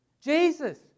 Jesus